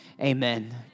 Amen